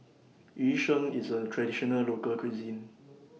Yu Sheng IS A Traditional Local Cuisine